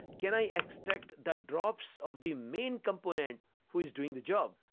can i extract the drops of the main component who is doing the job,